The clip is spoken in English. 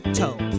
toe